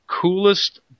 coolest